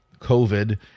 covid